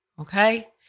Okay